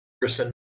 person